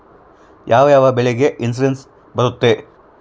ಯಾವ ಯಾವ ಬೆಳೆಗೆ ಇನ್ಸುರೆನ್ಸ್ ಬರುತ್ತೆ?